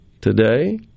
today